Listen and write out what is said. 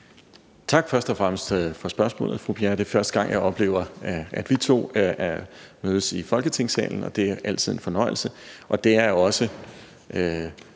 Tak først og fremmest for spørgsmålet, fru Marie Bjerre. Det er første gang, jeg oplever, at vi to mødes i Folketingssalen, og det er altid en fornøjelse.